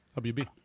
WB